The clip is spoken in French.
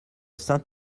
saint